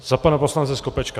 Za pana poslance Skopečka.